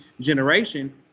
generation